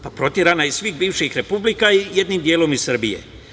Pa, proterana je iz svih bivših republika i jednim delom iz Srbije.